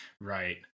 right